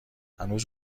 هنوز